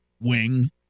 wing